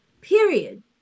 period